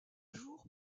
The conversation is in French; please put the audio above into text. jour